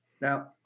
Now